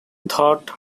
thought